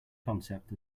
concept